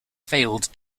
failed